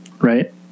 right